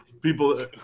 people